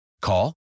Call